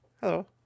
Hello